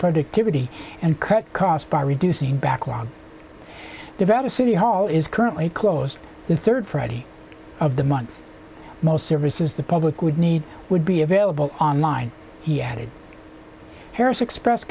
productivity and cut costs by reducing backlog develop city hall is currently closed the third friday of the month most services the public would need would be available online he added harris expressed